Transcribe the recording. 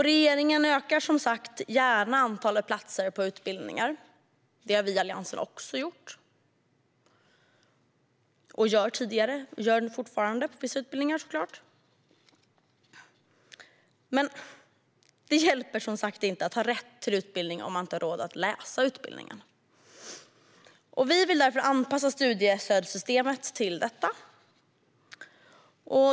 Regeringen ökar som sagt gärna antalet platser på utbildningar, vilket vi i Alliansen också har gjort tidigare och såklart även fortfarande gör på vissa utbildningar. Men det hjälper som sagt inte att ha rätt till utbildning om man inte har råd att läsa den. Vi vill därför anpassa studiestödssystemet till detta.